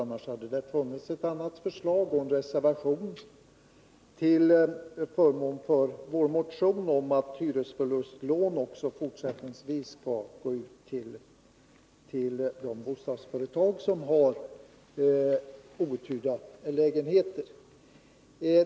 Om vi varit det hade vi avgivit en reservation till förmån för vår motion om att hyresförlustlån också fortsättningsvis skall utgå till de bostadsföretag som har outhyrda lägenheter.